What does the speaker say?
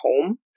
home